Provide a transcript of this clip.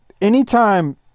Anytime